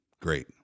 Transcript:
great